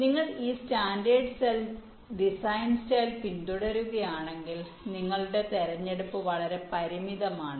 നിങ്ങൾ ഈ standard cell design style പിന്തുടരുകയാണെങ്കിൽ നിങ്ങളുടെ തിരഞ്ഞെടുപ്പ് വളരെ പരിമിതമാണ്